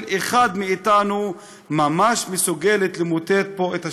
אחד מאתנו ממש מסוגלת למוטט פה את השלטון.